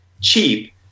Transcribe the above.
cheap